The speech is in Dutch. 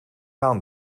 aan